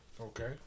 okay